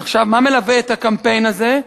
מה מלווה את הקמפיין הזה?